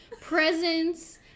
presents